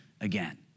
again